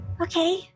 Okay